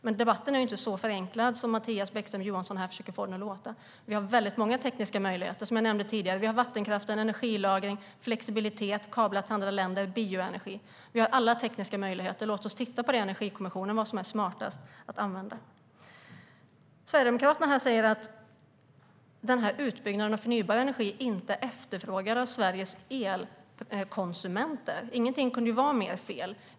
Men debatten är inte så förenklad som Mattias Bäckström Johansson försöker få den att låta. Vi har många tekniska möjligheter. Som jag nämnde tidigare har vi vattenkraft, energilagring, flexibilitet, kablar till andra länder och bioenergi. Vi har alla tekniska möjligheter. Låt oss i Energikommissionen titta på vad som är smartast att använda. Sverigedemokraterna säger här att utbyggnaden av förnybar energi inte är efterfrågad av Sveriges elkonsumenter. Ingenting kan vara mer fel!